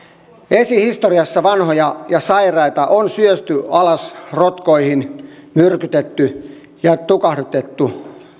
esihistoriassa vanhoja ja sairaita on syösty alas rotkoihin myrkytetty ja tukahdutettu